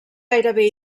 gairebé